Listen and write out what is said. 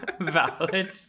Valid